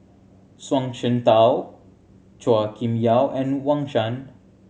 Zhuang Shengtao Chua Kim Yeow and Wang Sha